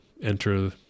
enter